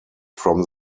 from